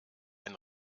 ein